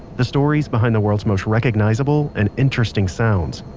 the stories behind the world's most recognizable and interesting sounds.